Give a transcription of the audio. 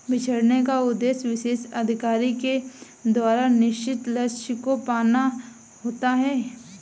बिछड़ने का उद्देश्य विशेष अधिकारी के द्वारा निश्चित लक्ष्य को पाना होता है